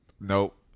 Nope